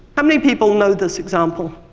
how many people know this example?